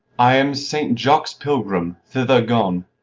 i am saint jaques pilgrim, thither gone.